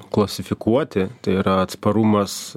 klasifikuoti tai yra atsparumas